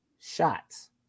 shots